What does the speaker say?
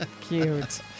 Cute